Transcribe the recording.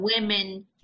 women